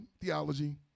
theology